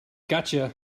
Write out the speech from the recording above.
gotcha